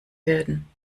werden